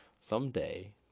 someday